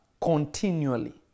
continually